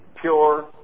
pure